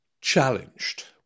challenged